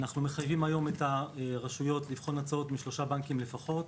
אנחנו מחייבים את הרשויות לבחון הצעות משלושה בנקים לפחות,